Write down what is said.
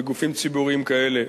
בגופים ציבוריים כאלה,